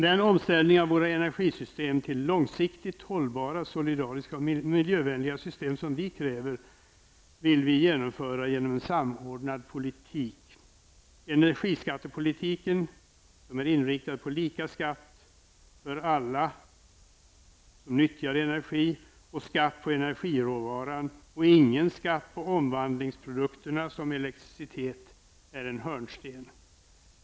Den omställning av våra energisystem till långsiktigt hållbara, solidariska och miljövänliga system som vi kräver vill vi genomföra genom en samordnad politik. Energiskattepolitiken, som är inriktad på lika skatt för alla som nyttjar energi, skatt på energiråvaran och ingen skatt på omvandlingsprodukterna såsom elektricitet, är en hörnsten.